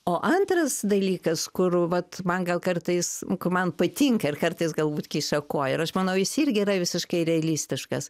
o antras dalykas kur vat man gal kartais man patinka ir kartais galbūt kiša koją ir aš manau jis irgi yra visiškai realistiškas